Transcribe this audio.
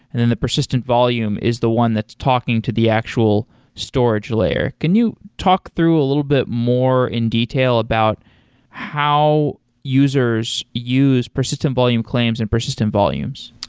and then persistent volume is the one that's talking to the actual storage layer. can you talk through a little bit more in detail about how users use persistent volume claims and persistent volumes?